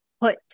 put